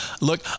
Look